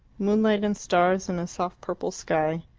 moonlight and stars in a soft purple sky.